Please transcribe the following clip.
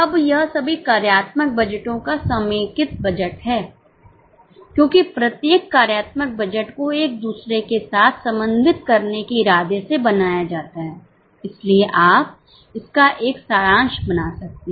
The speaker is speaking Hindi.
अब यह सभी कार्यात्मक बजटों का समेकित बजट है क्योंकि प्रत्येक कार्यात्मक बजट को एक दूसरे के साथ समन्वित करने के इरादे से बनाया जाता है इसलिए आप इसका एक सारांश बना सकते हैं